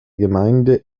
gemeinde